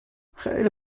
خیلی